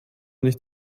nicht